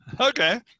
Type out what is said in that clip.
Okay